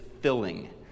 filling